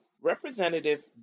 Representative